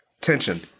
tension